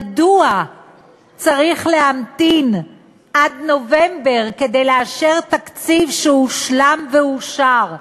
מדוע צריך להמתין עד נובמבר כדי לאשר תקציב שהושלם ואושר?